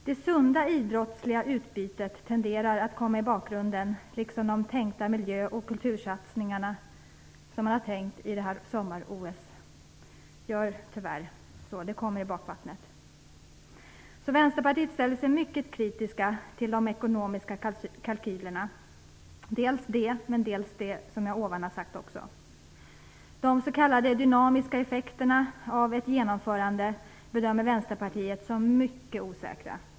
Det sunda idrottsliga utbytet tenderar att komma i bakgrunden, liksom de tänkta miljö och kultursatsningarna i detta sommar-OS. Det kommer i bakvattnet. Vänsterpartiet ställer sig mycket kritiskt till de ekonomiska kalkylerna, och även till det som jag nämnde tidigare. Vänsterpartiet bedömer de s.k. dynamiska effekterna av ett genomförande som mycket osäkra.